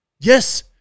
Yes